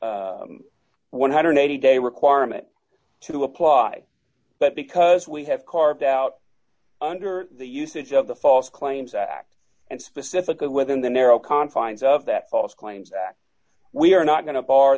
this one hundred and eighty dollars day requirement to apply but because we have carved out under the usage of the false claims act and specifically within the narrow confines of that false claims act we are not going to bar